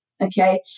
okay